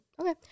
okay